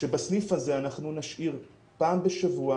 שבסניף הזה אנחנו נשאיר פעם בשבוע,